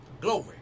Glory